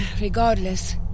regardless